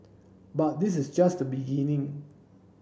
but this is just the beginning